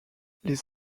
les